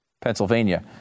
Pennsylvania